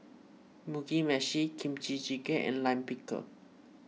Mugi Meshi Kimchi Jjigae and Lime Pickle